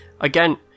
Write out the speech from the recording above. again